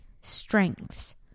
strengths